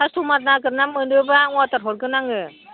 customer नागिरना मोनोब्ला order हरगोन आङो